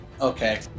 Okay